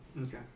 Okay